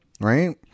right